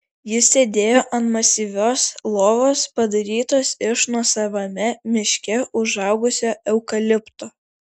jis sėdėjo ant masyvios lovos padarytos iš nuosavame miške užaugusio eukalipto